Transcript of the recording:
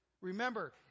Remember